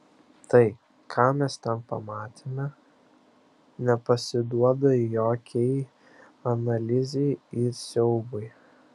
tai ką mes ten pamatėme nepasiduoda jokiai analizei ir siaubui